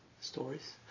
stories